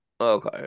Okay